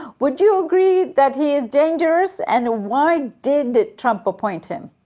would you agree that he's dangerous, and why did did trump appoint him?